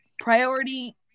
priority